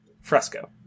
Fresco